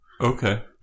Okay